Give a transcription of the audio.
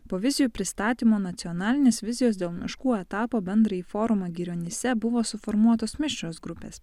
po vizijų pristatymo nacionalinės vizijos dėl miškų etapo bendrąjį forumą girionyse buvo suformuotos mišrios grupės